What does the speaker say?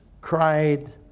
cried